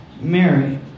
Mary